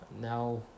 now